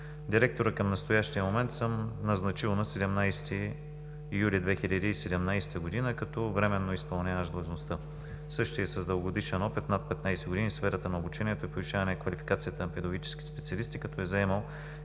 Директорът към настоящия момент съм назначил на 17 юли 2017 г. като временно изпълняващ длъжността. Същият е с дългогодишен опит от над 15 години в сферата на обучението и повишаване на квалификацията на педагогическите специалисти, като е заемал